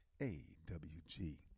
AWG